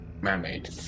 Man-made